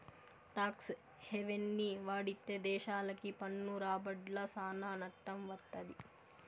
talks హెవెన్ని వాడితే దేశాలకి పన్ను రాబడ్ల సానా నట్టం వత్తది